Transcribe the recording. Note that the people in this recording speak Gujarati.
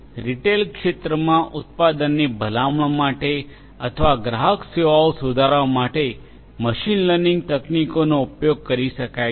તેથી રીટેલ ક્ષેત્રમાં ઉત્પાદનની ભલામણ માટે અથવા ગ્રાહક સેવાઓ સુધારવા માટે મશીન લર્નિંગ તકનીકોનો ઉપયોગ કરી શકાય છે